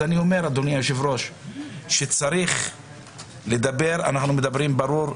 אדוני היושב-ראש, אנחנו מדברים ברור.